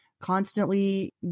constantly